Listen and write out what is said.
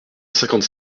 cinquante